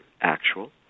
actual